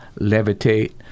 levitate